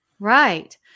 Right